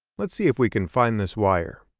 let's see if we can find this wire.